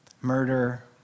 murder